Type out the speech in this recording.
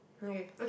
okay